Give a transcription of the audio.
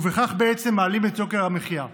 ובכך בעצם מעלים את יוקר המחיה.